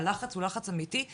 הלחץ הוא לחץ אמיתי.